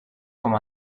com